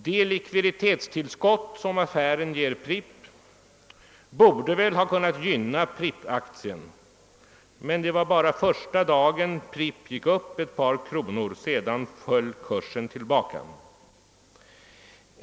Det likviditetstillskott som = affären ger Pripp, borde väl ha kunnat gynna Pripp-aktien. Men det var bara första dagen Pripp gick upp ett par kronor, sedan föll kursen tillbaka.